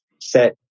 set